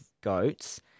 goats